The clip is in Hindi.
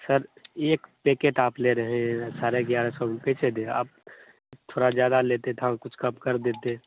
सर एक पैकेट आप ले रहे हैं साढ़े ग्यारह सौ में कैसे दें आप थोड़ा ज़्यादा लेते तो हम कुछ कम कर देते